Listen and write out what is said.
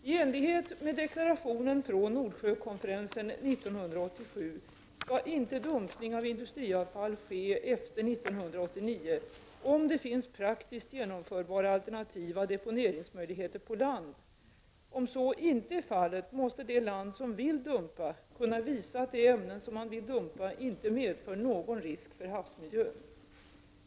I enlighet med deklarationen från Nordsjökonferensen 1987 skall dumpning av industriavfall inte ske efter 1989, om det finns praktiskt genomförbara alternativa deponeringsmöjligheter på land. Om så inte är fallet måste det land som vill dumpa kunna visa att de ämnen som man vill dumpa inte medför någon risk för havsmiljön.